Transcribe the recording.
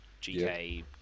GK